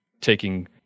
taking